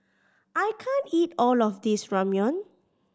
I can't eat all of this Ramyeon